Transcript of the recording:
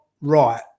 right